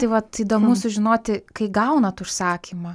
tai vat įdomu sužinoti kai gaunat užsakymą